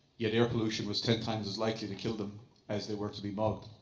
yet air pollution was ten times as likely to kill them as they were to be mugged.